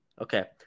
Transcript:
Okay